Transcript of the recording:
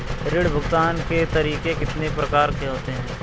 ऋण भुगतान के तरीके कितनी प्रकार के होते हैं?